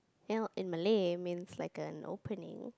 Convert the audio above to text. well in Malay means like an opening